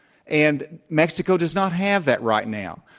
and mexico does not have that right now.